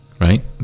Right